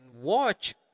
watch